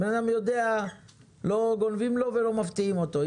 בן אדם יודע לא גונבים לו ולא מפתיעים אותו,